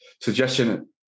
suggestion